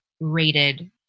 rated